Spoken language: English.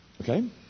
Okay